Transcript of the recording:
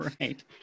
right